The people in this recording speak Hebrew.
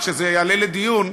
כשזה יעלה לדיון,